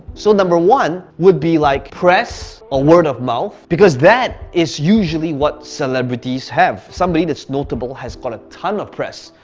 so number one would be like, press or ah word of mouth, because that is usually what celebrities have. somebody that's notable has got a ton of press,